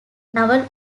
naval